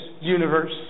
universe